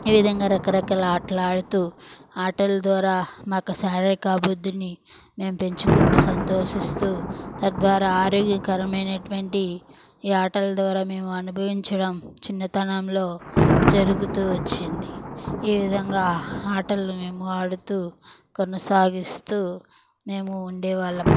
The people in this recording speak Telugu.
ఈ విధంగా రకరకాల ఆటలాడుతూ ఆటల ద్వారా మాకు శారీరక అభివృద్ధిని మేము పెంచుకుంటూ సంతోషిస్తు తద్వారా ఆరోగ్యకరమైనటువంటి ఈ ఆటల ద్వారా మేము అనుభవించడం చిన్నతనంలో జరుగుతూ వచ్చింది ఈ విధంగా ఆటలు మేము ఆడుతూ కొనసాగిస్తూ మేము ఉండే వాళ్ళం